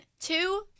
two